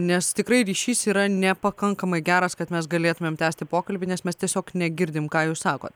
nes tikrai ryšys yra nepakankamai geras kad mes galėtumėm tęsti pokalbį nes mes tiesiog negirdime ką jūs sakote